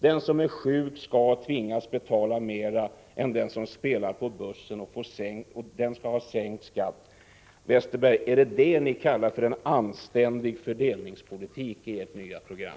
Den som är sjuk skall tvingas betala mer än den som spelar på börsen, för den skall få sänkt skatt. Westerberg, är det det ni kallar för anständig fördelningspolitik i ert nya program?